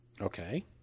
Okay